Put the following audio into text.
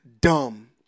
dumb